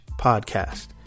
podcast